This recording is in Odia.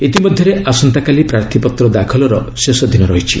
ଇତିମଧ୍ୟରେ ଆସନ୍ତାକାଲି ପ୍ରାର୍ଥୀପତ୍ର ଦାଖଲର ଶେଷଦିନ ରହିଛି